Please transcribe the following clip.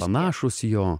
panašūs jo